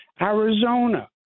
Arizona